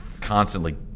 constantly